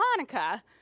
Hanukkah